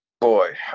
boy